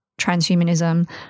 transhumanism